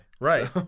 Right